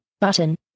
Button